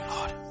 Lord